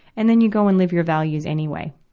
and then you go and live your values anyway.